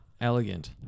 elegant